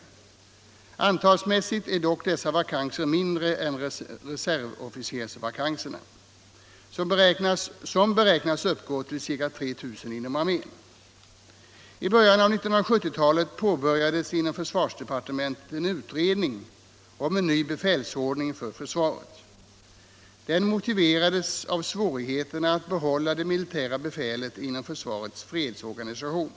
Dessa va kanser är dock färre än reservofficersvakanserna. I början av 1970-talet påbörjades inom försvarsdepartementet en utredning om en ny befälsordning för försvaret. Den motiverades av svårigheterna att behålla det militära befälet inom försvarets fredsorganisation.